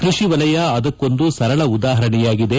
ಕೃಷಿ ವಲಯ ಅದಕ್ಕೊಂದು ಸರಳ ಉದಾಪರಣೆಯಾಗಿದೆ